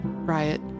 Riot